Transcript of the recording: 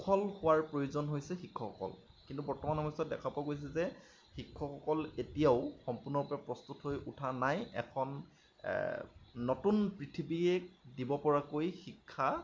কুশল হোৱাৰ প্ৰয়োজন হৈছে শিক্ষকসকল কিন্তু বৰ্তমান সময়ছোৱাত দেখা পোৱা গৈছে যে শিক্ষকসকল এতিয়াও সম্পূৰ্ণৰূপে প্ৰস্তুত হৈ উঠা নাই এখন নতুন পৃথিৱীক দিব পৰাকৈ শিক্ষা